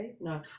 no